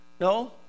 no